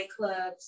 nightclubs